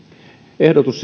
ehdotus